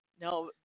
No